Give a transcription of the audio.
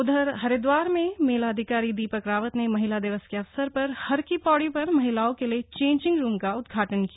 उधर हरिदवार में मेलाधिकारी दीपक रावत ने महिला दिवस के अवसर पर हर की पड़ी पर महिलाओं के लिए चेंजिंग रूम का उद्घाटन किया